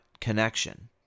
connection